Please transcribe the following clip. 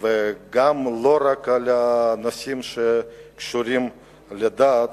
ולא רק בנושאים שקשורים לדת.